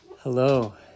Hello